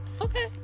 Okay